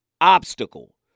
obstacle